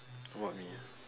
what me ah